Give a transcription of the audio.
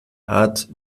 art